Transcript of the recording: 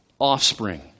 offspring